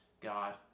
God